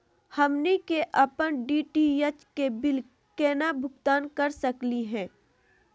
हमनी के अपन डी.टी.एच के बिल केना भुगतान कर सकली हे?